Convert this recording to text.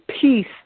peace